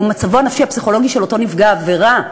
מצבו הנפשי הפסיכולוגי של אותו של אותו נפגע עבירה.